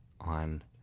on